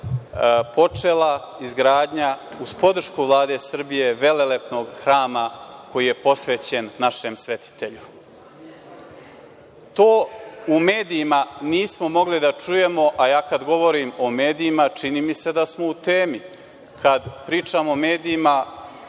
počela izgradnja, uz podršku Vlade Srbije, velelepnog hrama koji je posvećen našem svetitelju. To u medijima nismo mogli da čujemo, a ja kada govorim o medijima, čini mi se da smo u temi. Kad pričamo o medijima